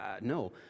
no